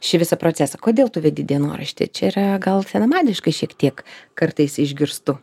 šį visą procesą kodėl tu vedi dienoraštį čia yra gal senamadiška šiek tiek kartais išgirstu